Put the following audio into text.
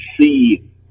see